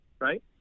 right